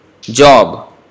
job